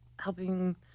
helping